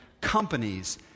companies